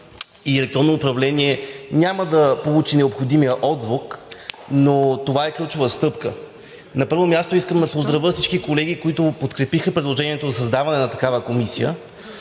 и електронно управление няма да получи необходимия отзвук, но това е ключова стъпка. На първо място, искам да поздравя всички колеги, които подкрепиха предложението за създаване на такава комисия,